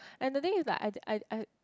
and the thing is like I I I